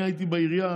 אני הייתי בעירייה.